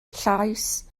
llais